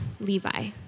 Levi